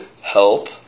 help